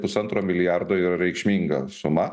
pusantro milijardo yra reikšminga suma